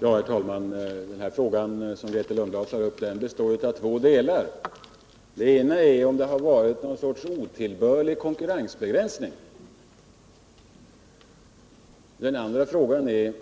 Herr talman! Den fråga som Grethe Lundblad tar upp består av två delar. Den ena är om det har förekommit någon otillbörlig konkurrensbegränsning. Den andra är